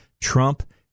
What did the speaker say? Trump